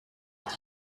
that